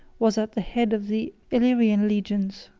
was at the head of the illyrian legions.